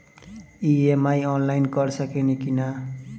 EMI online कर सकेनी की ना?